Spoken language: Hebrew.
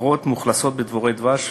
כוורות מאוכלסות בדבורי דבש